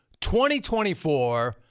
2024